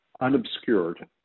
unobscured